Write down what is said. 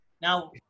now